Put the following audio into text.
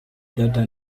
data